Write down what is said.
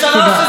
תתבייש לך.